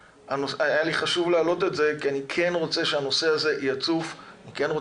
היה לי חשוב להעלות את זה כי אני רוצה שהנושא הזה יצוף וידובר.